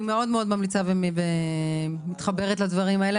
אני מאוד ממליצה ומתחברת לדברים האלה.